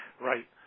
Right